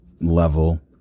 level